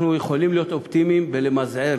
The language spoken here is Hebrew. אנחנו יכולים להיות אופטימיים ולמזער,